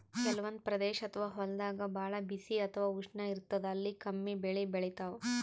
ಕೆಲವಂದ್ ಪ್ರದೇಶ್ ಅಥವಾ ಹೊಲ್ದಾಗ ಭಾಳ್ ಬಿಸಿ ಅಥವಾ ಉಷ್ಣ ಇರ್ತದ್ ಅಲ್ಲಿ ಕಮ್ಮಿ ಬೆಳಿ ಬೆಳಿತಾವ್